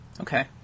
Okay